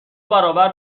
برابر